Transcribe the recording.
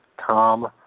Tom